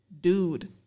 dude